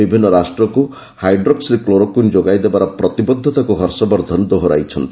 ବିଭିନ୍ନ ରାଷ୍ଟ୍ରକୁ hydroxychloroquine ଯୋଗାଇଦେବାର ପ୍ରତିବଦ୍ଧତାକୁ ହର୍ଷବର୍ଦ୍ଧନ ଦୋହରାଇଛନ୍ତି